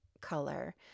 color